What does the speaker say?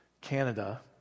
Canada